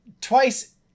twice